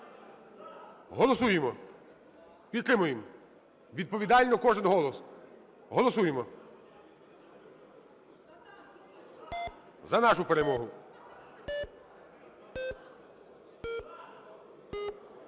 Голосуємо! Підтримуємо! Відповідально, кожен голос, голосуємо за нашу перемогу.